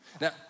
Now